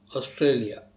Australia